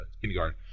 kindergarten